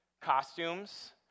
costumes